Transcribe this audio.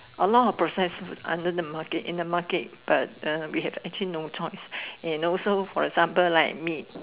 a lot of processed food under the market in the market but uh we have actually no choice and also for example like meat